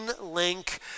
link